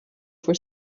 for